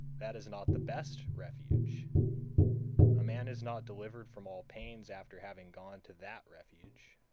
that is not the best refuge a man is not delivered from all pains after having gone to that refuge.